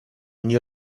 nie